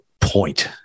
point